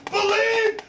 Believe